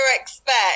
expect